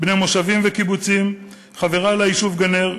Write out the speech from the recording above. בני מושבים וקיבוצים, חברי ליישוב גן-נר,